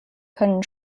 können